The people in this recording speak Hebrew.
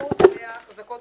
40% מהחזקות